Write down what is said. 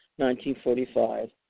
1945